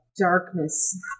darkness